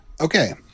Okay